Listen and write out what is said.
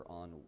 on